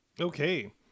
Okay